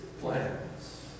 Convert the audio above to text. plans